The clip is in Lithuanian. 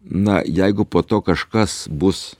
na jeigu po to kažkas bus